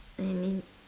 then you need